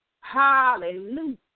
Hallelujah